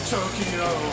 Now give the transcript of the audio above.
Tokyo